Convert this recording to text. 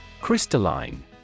Crystalline